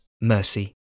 mercy